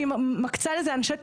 שהיא מקצה לזה אנשי תפעול,